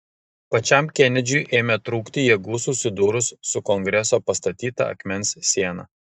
pačiam kenedžiui ėmė trūkti jėgų susidūrus su kongreso pastatyta akmens siena